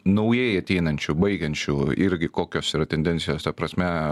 naujai ateinančių baigiančių irgi kokios yra tendencijos ta prasme